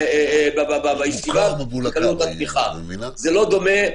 זה לא דומה,